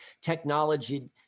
technology